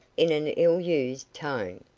in an ill-used tone.